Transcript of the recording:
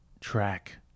Track